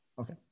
Okay